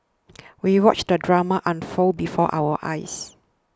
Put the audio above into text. we watched the drama unfold before our eyes